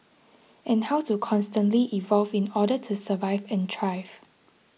and how to constantly evolve in order to survive and thrive